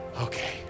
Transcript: okay